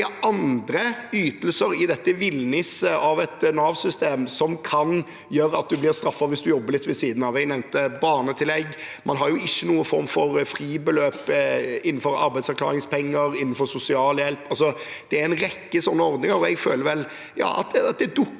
rekke andre ytelser i dette villniset av et Nav-system som kan gjøre at en blir straffet hvis en jobber litt ved siden av. Jeg nevnte barnetillegg, og man har jo ingen form for fribeløp innenfor arbeidsavklaringspenger, innenfor sosialhjelp. Det finnes en rekke sånne ordninger, og jeg føler vel at det dukker